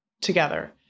together